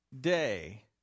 day